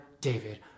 David